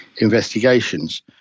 investigations